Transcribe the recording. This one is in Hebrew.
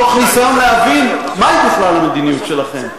תוך ניסיון להבין מהי בכלל המדיניות שלכם,